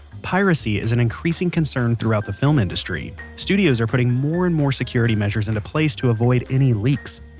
piracy is an increasing concern throughout the film industry. studios are putting more and more security measures into place to avoid any leaks,